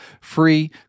free